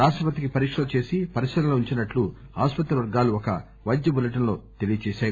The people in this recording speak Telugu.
రాష్టపతికి పరీక్షలు చేసి పరిశీలనలో ఉంచినట్లు ఆస్పత్రి వర్గాలు ఒక వైద్య బులెటెస్ లో తెలియచేశాయి